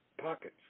pockets